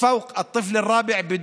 ומעבר לילד הרביעי,